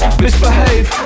misbehave